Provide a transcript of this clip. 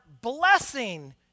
blessing